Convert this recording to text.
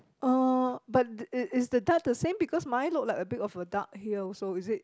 uh but is is the duck the same because mine look like a bit of a duck here also is it